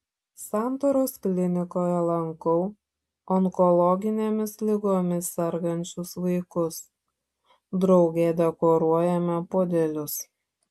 santaros klinikoje lankau onkologinėmis ligomis sergančius vaikus drauge dekoruojame puodelius